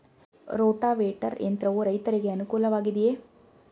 Rotavator ಯಂತ್ರವು ರೈತರಿಗೆ ಅನುಕೂಲ ವಾಗಿದೆಯೇ?